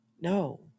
No